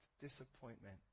disappointment